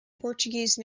portuguese